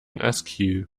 askew